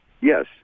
Yes